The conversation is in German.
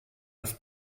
ist